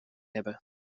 hebben